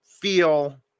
feel